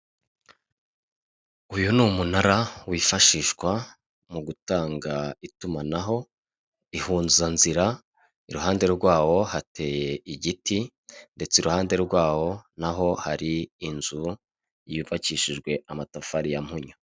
Uyu ni umunara wifashishwa mu gutanga itumanaho, ihunzanzira, iruhande rwawo hateye igiti, ndetse iruhande rwawo naho hari inzu yubakishijwe amatafari ya mpunyu.